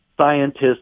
Scientists